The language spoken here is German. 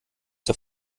der